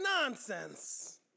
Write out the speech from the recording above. nonsense